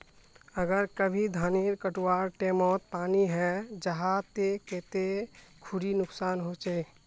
अगर कभी धानेर कटवार टैमोत पानी है जहा ते कते खुरी नुकसान होचए?